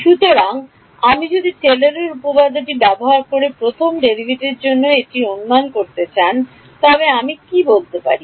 সুতরাং আমি যদি টেলরের উপপাদ্যটি ব্যবহার করে প্রথম ডেরাইভেটিভের জন্য একটি অনুমান চান তবে আমি কী বলতে পারি